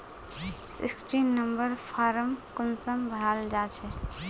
Sixteen number form कुंसम भराल जाछे?